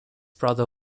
brother